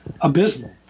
abysmal